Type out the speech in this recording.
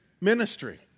ministry